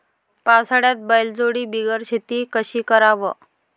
पावसाळ्यात बैलजोडी बिगर शेती कशी कराव?